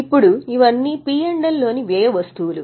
ఇప్పుడు ఇవన్నీ P L లోని వ్యయ వస్తువులు